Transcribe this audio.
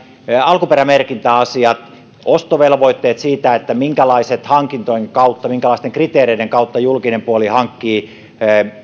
alkuperämerkintäasiat ostovelvoitteet siitä minkälaisten hankintojen kautta minkälaisten kriteereiden kautta julkinen puoli hankkii